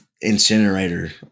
incinerator